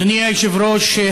אדוני היושב-ראש,